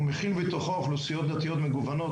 הוא מכיל בתוכו אוכלוסיות דתיות מגוונות,